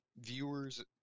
viewers